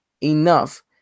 enough